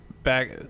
Back